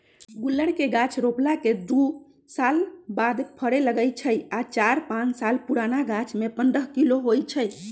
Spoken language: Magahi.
गुल्लर के गाछ रोपला के दू साल बाद फरे लगैए छइ आ चार पाच साल पुरान गाछमें पंडह किलो होइ छइ